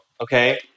okay